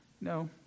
No